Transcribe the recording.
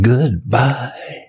Goodbye